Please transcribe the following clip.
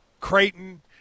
Creighton